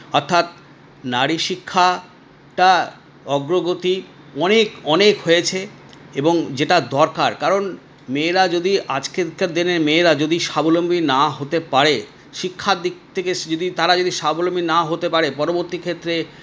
অর্থাৎ নারী শিক্ষাটা অগ্রগতি অনেক অনেক হয়েছে এবং যেটা দরকার কারণ মেয়েরা যদি আজকালকার দিনে মেয়েরা যদি স্বাবলম্বী না হতে পারে শিক্ষা দিক থেকে তারা যদি স্বাবলম্বী না হতে পারে পরবর্তী ক্ষেত্রে